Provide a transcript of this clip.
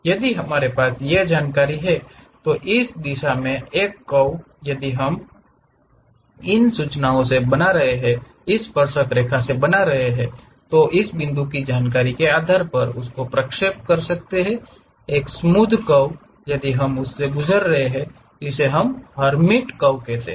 यदि हमारे पास यह जानकारी है तो इस दिशा में एक कर्व यदि हम उन स्पर्शरेखा सूचनाओं और बिंदु जानकारी के आधार पर प्रक्षेप कर सकते हैं एक स्मूध कर्व यदि हम उस से गुजर रहे हैं जिसे हम हर्मीट कर्व कहते हैं